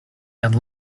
and